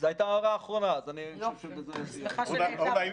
זו הייתה הערה אחרונה, בזה סיימתי.